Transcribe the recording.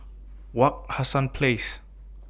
Wak Hassan Place